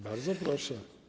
Bardzo proszę.